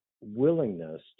willingness